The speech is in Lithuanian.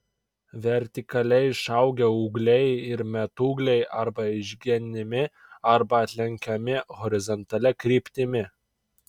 vertikaliai išaugę ūgliai ir metūgliai arba išgenimi arba atlenkiami horizontalia kryptimi